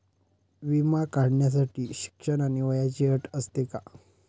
विमा काढण्यासाठी शिक्षण आणि वयाची अट असते का?